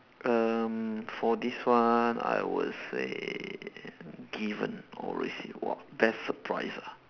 um for this one I would say given or received !wah! best surprise ah